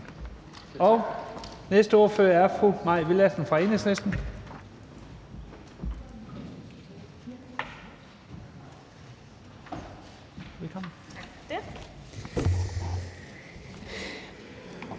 Næste ordfører er fru Mai Villadsen fra Enhedslisten.